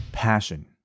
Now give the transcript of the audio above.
passion